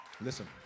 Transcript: Listen